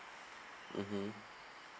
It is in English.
mmhmm